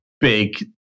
big